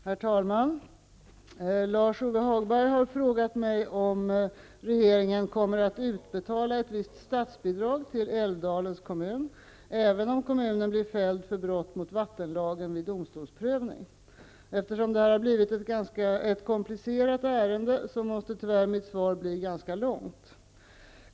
Herr talman! Lars-Ove Hagberg har frågat mig om regeringen kommer att utbetala ett visst statsbidrag till Älvdalens kommun även om kommunen blir fälld för brott mot vattenlagen vid domstolsprövning. Eftersom det har blivit ett komplicerat ärende måste tyvärr mitt svar bli ganska långt.